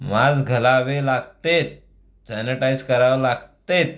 mask घालावे लागतात sanitise करावं लागतेत